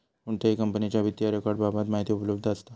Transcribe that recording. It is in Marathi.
कोणत्याही कंपनीच्या वित्तीय रेकॉर्ड बाबत माहिती उपलब्ध असता